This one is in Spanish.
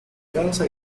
cansa